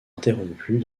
interrompues